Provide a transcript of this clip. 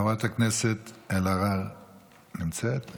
חברת הכנסת אלהרר, נמצאת?